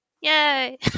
yay